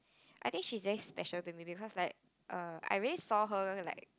I think she's very special to me because like err I really saw her like